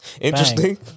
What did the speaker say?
interesting